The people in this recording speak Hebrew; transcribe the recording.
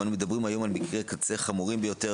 ואנו מדברים היום על מקרי קצה חמורים ביותר,